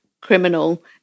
criminal